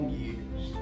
years